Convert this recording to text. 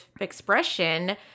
expression